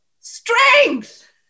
strength